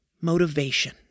motivation